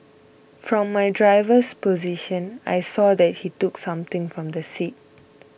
from my driver's position I saw that he took something from the seat